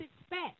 expect